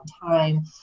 time